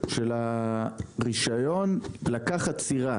הרישיון לקחת סירה,